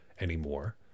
anymore